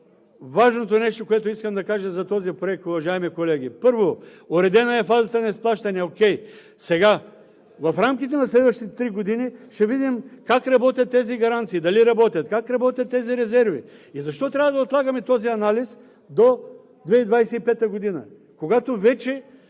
Най-важното нещо, което искам да кажа за този проект, уважаеми колеги. Първо, уредена е фазата на изплащане – окей. Сега, в рамките на следващите три години ще видим как работят тези гаранции – дали работят, как работят тези резерви? И защо трябва да отлагаме този анализ до 2025 г., когато вече